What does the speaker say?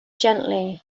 gently